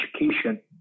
education